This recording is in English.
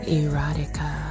erotica